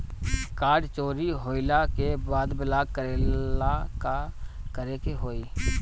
Card चोरी होइला के बाद ब्लॉक करेला का करे के होई?